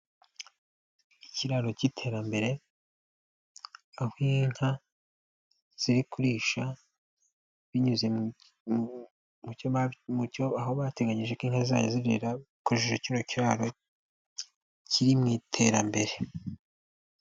Ikiraro k'iterambere, aho inka ziri kurisha, binyuze aho bateganyije inka zirira, bakoresheje kino kiraro k'iterambere.